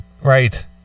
Right